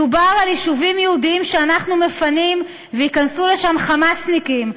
מדובר על יישובים יהודיים שאנחנו מפנים וייכנסו לשם "חמאסניקים",